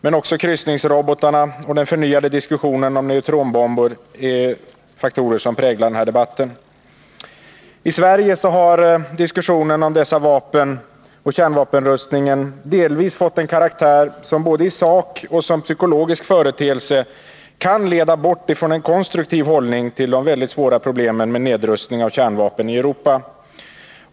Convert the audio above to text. Men också kryssningsrobotarna och den förnyade diskussionen om neutronbomber är faktorer som präglar debatten. I Sverige har diskussionen om dessa vapen och om kärnvapenrustningen delvis fått en karaktär som både i sak och som psykologisk företeelse kan leda bort ifrån en konstruktiv hållning till de svåra problemen med nedrustning av kärnvapen i Europa.